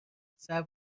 صبر